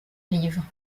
livres